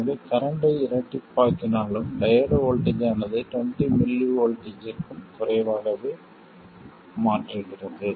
எனவே கரண்ட்டை இரட்டிப்பாக்கினாலும் டையோடு வோல்ட்டேஜ் ஆனது 20mV க்கும் குறைவாகவே மாற்றுகிறது